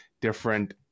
different